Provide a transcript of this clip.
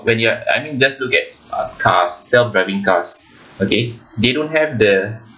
when you are I mean just look at uh cars self driving cars okay they don't have the